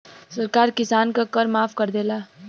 सरकार किसान क कर माफ कर देवला